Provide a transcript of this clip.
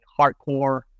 hardcore